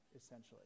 essentially